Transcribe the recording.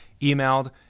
emailed